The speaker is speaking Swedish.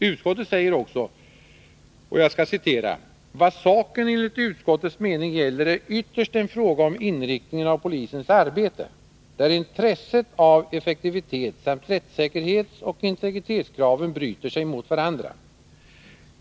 Utskottet säger också: ”Vad saken enligt utskottets mening gäller är ytterst en fråga om inriktningen av polisens arbete där intresset av effektivitet samt rättssäkerhetsoch integritetskraven bryter sig mot varandra.